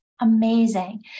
Amazing